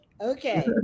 okay